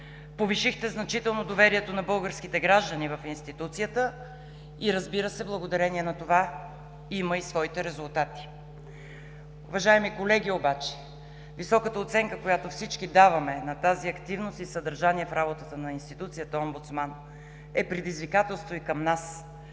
повишихме значително доверието на българските граждани в институцията и, разбира се, благодарение на това има и своите резултати. Обаче, уважаеми колеги, високата оценка, която всички даваме на тази активност и съдържание в работата на Институцията омбудсман, е предизвикателство и към нас